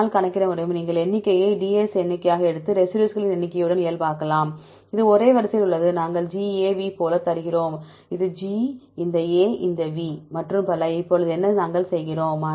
என்னால் கணக்கிட முடியும் நீங்கள் எண்ணிக்கையை Ds எண்ணிக்கையாக எடுத்து ரெசிடியூஸ்களின் எண்ணிக்கையுடன் இயல்பாக்கலாம் இது ஒரே வரிசையில் உள்ளது நாங்கள் GAV போல தருகிறோம் இது G இந்த A இந்த V மற்றும் பல இப்போது என்ன நாங்கள் செய்கிறோம்